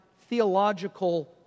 theological